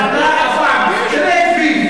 תראה את וילף,